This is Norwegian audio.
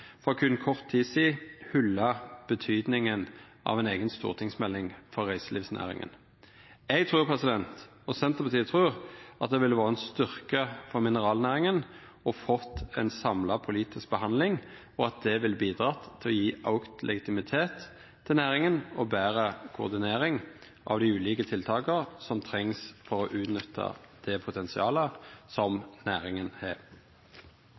reiselivsnæringa. Eg og Senterpartiet trur det ville vore ein styrke for mineralnæringa å få ei samla politisk behandling, og at det ville ha bidrege til å gje auka legitimitet til næringa og betre koordinering av dei ulike tiltaka som trengst for å utnytta det potensialet som næringa har.